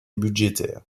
budgétaire